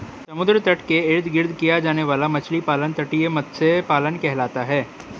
समुद्र तट के इर्द गिर्द किया जाने वाला मछली पालन तटीय मत्स्य पालन कहलाता है